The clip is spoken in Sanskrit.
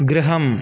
गृहम्